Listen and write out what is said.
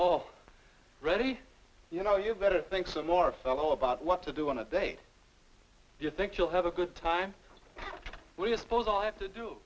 all ready you know you better think some more fellow about what to do on a date you think you'll have a good time we're supposed to have to do